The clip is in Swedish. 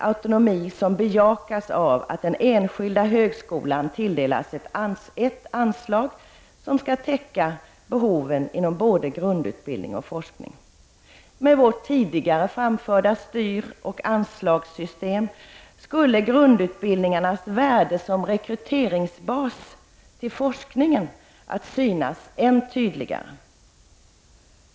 Autonomin bejakas av att den enskilda högskolan tilldelas ett anslag som skall täcka behoven inom både grundutbildning och forskning. Med vårt tidigare framförda förslag till styroch anslagssystem skulle grundutbildningarnas värde som rekryteringsbas till forskning synas än tydligare.